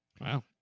Wow